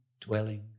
dwelling